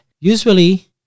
Usually